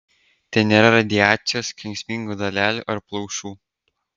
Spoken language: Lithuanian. ten nėra radiacijos kenksmingų dalelių ar plaušų